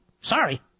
sorry